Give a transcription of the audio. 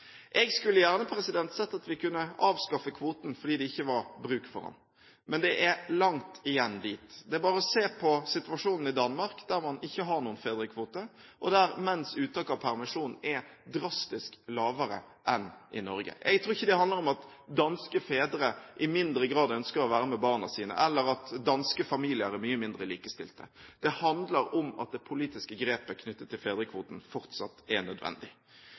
Jeg skulle gjerne sett at vi kunne avskaffet kvoten fordi det ikke var bruk for den, men det er langt igjen dit. Det er bare å se på situasjonen i Danmark, der man ikke har noen fedrekvote, og der menns uttak av permisjon er drastisk lavere enn i Norge. Jeg tror ikke det handler om at danske fedre i mindre grad ønsker å være sammen med barna sine, eller at danske familier er mye mindre likestilte. Det handler om at det politiske grepet knyttet til fedrekvoten fortsatt er nødvendig.